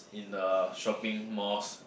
in the shopping malls